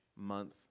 month